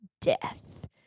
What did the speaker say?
death